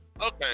Okay